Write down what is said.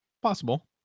possible